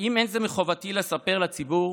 האם אין זה מחובתי לספר לציבור